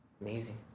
amazing